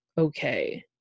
okay